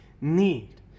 need